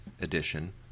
edition